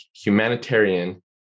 humanitarian